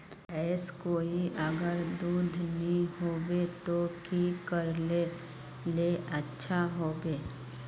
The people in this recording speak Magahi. भैंस कोई अगर दूध नि होबे तो की करले ले अच्छा होवे?